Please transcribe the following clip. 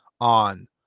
on